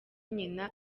nyina